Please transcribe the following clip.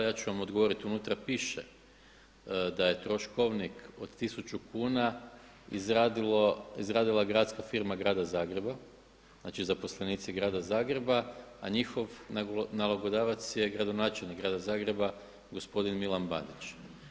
Ja ću vam odgovoriti, unutra piše, da je troškovnik od 1.000 kuna izgradila gradska firma Grada Zagreba, znači zaposlenici Grada Zagreba, a njihov nalogodavac je gradonačelnik Grada Zagreba gospodin Milan Bandić.